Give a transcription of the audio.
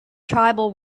tribal